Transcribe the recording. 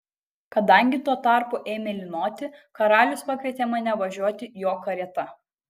kadangi tuo tarpu ėmė lynoti karalius pakvietė mane važiuoti jo karieta